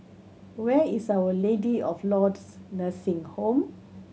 where is Our Lady of Lourdes Nursing Home